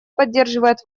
поддерживает